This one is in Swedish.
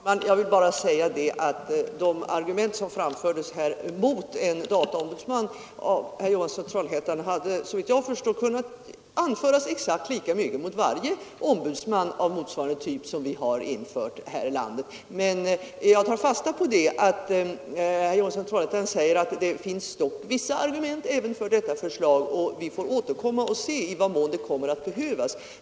Herr talman! De argument som herr Johansson i Trollhättan framförde mot en dataombudsman hade, såvitt jag förstår, kunnat anföras mot varje ombudsman av motsvarande typ som vi har i landet. Men jag tar fasta på att herr Johansson i Trollhättan säger att vissa argument kan anföras även för dessa förslag, och vi får återkomma när vi ser i vad mån de behöver genomföras.